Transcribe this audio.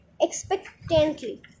expectantly